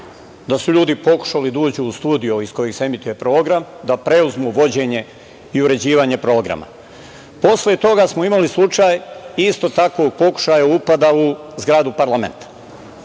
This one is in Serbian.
da su ljudi pokušali da uđu u studio iz kojeg se emituje program, da preuzmu vođenje i uređivanje programa. Posle toga smo imali slučaj isto tako pokušaja upada u zgradu parlamenta.